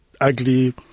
ugly